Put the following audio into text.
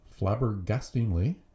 flabbergastingly